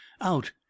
out